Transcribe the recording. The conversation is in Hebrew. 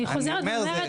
חברים,